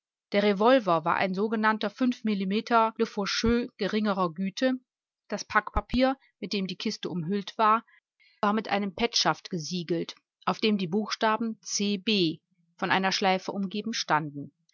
der revolver war ein sogenannter fünf millimeter le geringerer güte das packpapier mit dem die kiste umhüllt war war mit einem petschaft gesiegelt auf dem die buchstaben c b von einer schleife umgeben standen